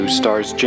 stars